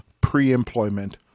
pre-employment